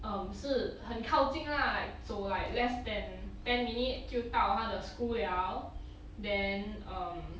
um 是很靠近 lah like 走 like less than ten minutes 就到他的 school 了 then um